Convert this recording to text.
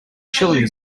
chilling